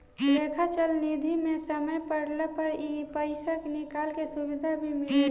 लेखा चल निधी मे समय पड़ला पर पइसा निकाले के सुविधा भी मिलेला